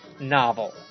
novel